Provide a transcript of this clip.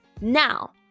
Now